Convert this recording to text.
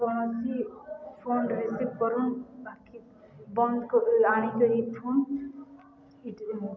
କୌଣସି phone receive କରନ୍ ବାକି ବନ୍ଦ ଆଣିକିରି ଫୋନ୍